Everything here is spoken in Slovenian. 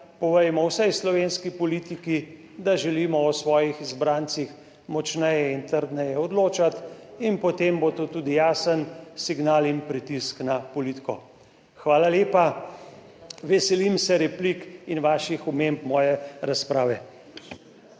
Povejmo vsej slovenski politiki, da želimo o svojih izbrancih močneje in trdneje odločati in potem bo to tudi jasen signal in pritisk na politiko. Hvala lepa. Veselim se replik in vaših omemb, moje razprave.